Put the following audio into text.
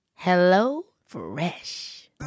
HelloFresh